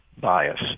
bias